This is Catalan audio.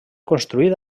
construït